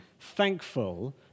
thankful